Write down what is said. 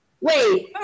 Wait